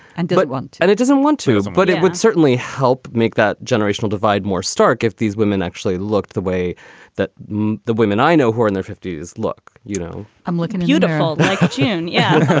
and did it once and it doesn't want to. but it would certainly help make that generational divide more stark if these women actually looked the way that the women i know who are in their fifty s. look, you know, i'm looking beautiful chin yeah